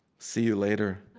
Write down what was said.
see you later.